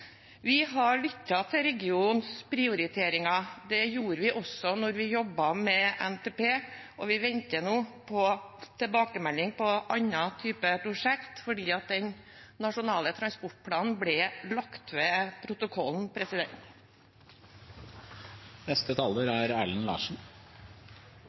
Vi har lyttet til regionens prioriteringer, det gjorde vi også da vi jobbet med NTP. Vi venter nå på tilbakemelding på andre typer prosjekt, fordi den nasjonale transportplanen ble lagt ved protokollen.